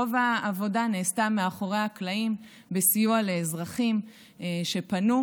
רוב העבודה נעשתה מאחורי הקלעים בסיוע לאזרחים שפנו,